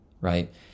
right